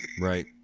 right